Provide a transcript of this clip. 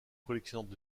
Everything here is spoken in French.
collectionneur